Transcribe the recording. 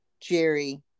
Jerry